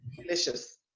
Delicious